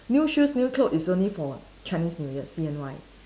new shoes new clothes is only for Chinese New Year C_N_Y